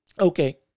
okay